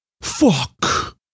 fuck